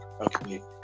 okay